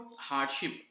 hardship